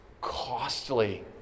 costly